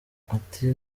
ati